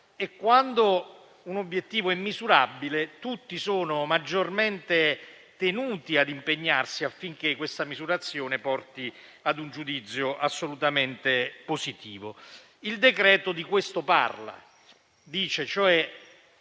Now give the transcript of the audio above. E, quando un obiettivo è misurabile, tutti sono maggiormente tenuti ad impegnarsi affinché questa misurazione porti ad un giudizio assolutamente positivo. Il decreto in esame è